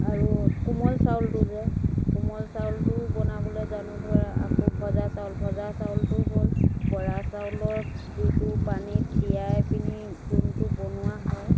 আৰু কোমল চাউলটো যে কোমল চাউলটোও বনাবলৈ জানো ধৰা আকৌ ভজা চাউল ভজা চাউলটো হ'ল বৰা চাউলত যিটো পানীত তিয়াই পিনি যোনটো বনোৱা হয়